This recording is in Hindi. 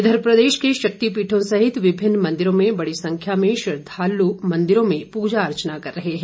इधर प्रदेश के शक्तिपीठों सहित विभिन्न मंदिरों में बड़ी संख्या में श्रद्वालू मन्दिरों में पूजा अर्चना कर रहे हैं